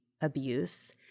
abuse